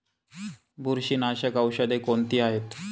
बुरशीनाशक औषधे कोणती आहेत?